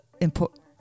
important